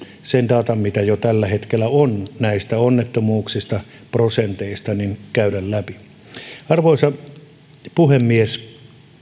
sen kaiken mahdollisen datan mitä jo tällä hetkellä on näistä onnettomuuksista prosenteista arvoisa puhemies